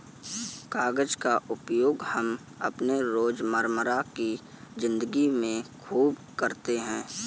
कागज का उपयोग हम अपने रोजमर्रा की जिंदगी में खूब करते हैं